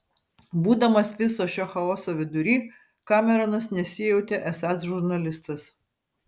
būdamas viso šio chaoso vidury kameronas nesijautė esąs žurnalistas